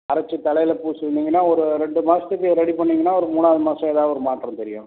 அரைச்சித் தலையில் பூசிருந்தீங்கன்னா ஒரு ரெண்டு மாசத்துக்கு ரெடி பண்ணீங்கன்னால் ஒரு மூணாவது மாசம் ஏதாவது ஒரு மாற்றம் தெரியும்